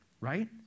right